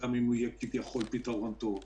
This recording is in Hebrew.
גם אם הוא יהיה כביכול פתרון טוב.